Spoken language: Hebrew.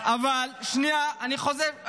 אבל --- שמעת מה קרה --- שנייה, אני חוזר.